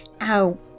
ow